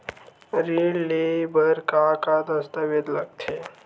ऋण ले बर का का दस्तावेज लगथे?